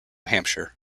hampshire